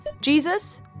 Jesus